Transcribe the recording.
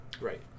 Right